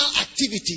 activity